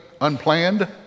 Unplanned